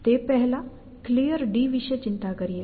તે પહેલા Clear વિશે ચિંતા કરીએ